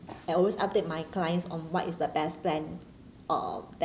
I'll always update my clients on what is the best plan or